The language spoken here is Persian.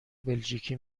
بلژیکی